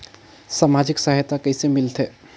समाजिक सहायता कइसे मिलथे?